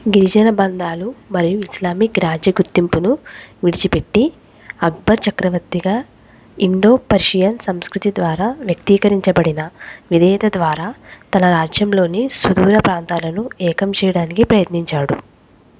గిరిజన బంధాలు మరియు ఇస్లామిక్ రాజ్య గుర్తింపును విడిచిపెట్టి అక్బర్ చక్రవర్తిగా ఇండోపర్షియన్ సంస్కృతి ద్వారా వ్యక్తీకరించబడిన విధేయత ద్వారా తన రాజ్యంలోని సుదూర ప్రాంతాలను ఏకం చేయడానికి ప్రయత్నించాడు